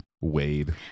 Wade